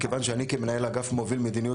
מכיוון שאני כמנהל האגף מוביל מדיניות